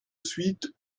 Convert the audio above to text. suite